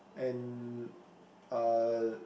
and uh